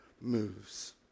moves